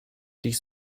dies